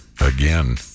again